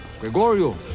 Gregorio